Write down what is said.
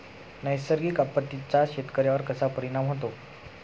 नैसर्गिक आपत्तींचा शेतकऱ्यांवर कसा परिणाम होतो?